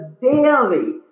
daily